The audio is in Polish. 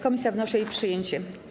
Komisja wnosi o jej przyjęcie.